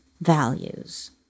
values